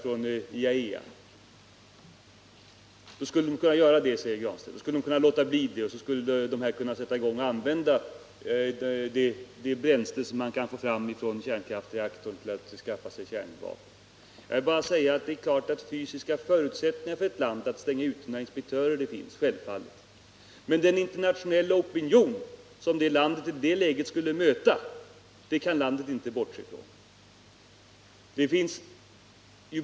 Herr Granstedt menar att något sådant skulle kunna ske. Då skulle man kunna använda det bränsle som man kunde få fram från en kärnkraftsreaktor för att skaffa sig kärnvapen. Jag vill bara säga att fysiska förutsättningar för ett land att stänga ute inspektörer finns det självfallet. Men den internationella opinion som det landet i det läget skulle möta kan det landet inte bortse från.